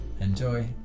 enjoy